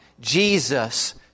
Jesus